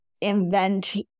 invent